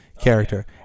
character